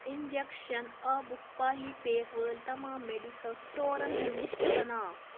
injection آبُک پالی پیک وٲلۍ تمام مٮ۪ڈیکل سٕٹورَن ہُنٛد لِسٹ بناو